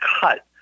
cut